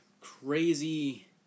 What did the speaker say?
crazy